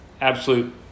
absolute